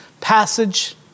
passage